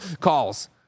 calls